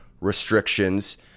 restrictions